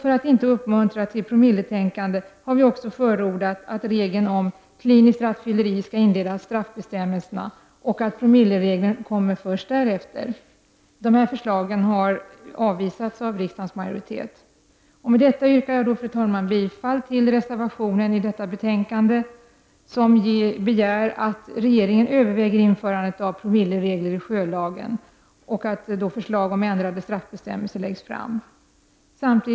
För att inte uppmuntra till ”promilletänkande” har vi också förordat att regeln om kliniskt rattfylleri skall inleda straffbestämmelserna och att promilleregeln skall komma först därefter. Dessa förslag har avvisats av riksdagens majoritet. Med detta yrkar jag, fru talman, bifall till reservationen till detta betänkande, som begär att regeringen överväger införande av promilleregler i sjölagen samt att förslag om ändrade straffbestämmelser skall framläggas.